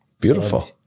Beautiful